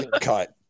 cut